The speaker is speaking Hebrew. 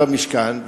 במשכן,